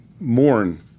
mourn